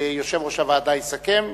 יושב-ראש הוועדה יסכם,